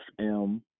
FM